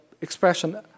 expression